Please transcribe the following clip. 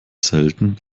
selten